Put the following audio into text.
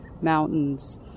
mountains